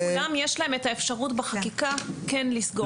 למעשה לכולם יש את האפשרות בחקיקה כן לסגור.